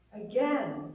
again